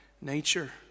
nature